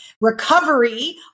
recovery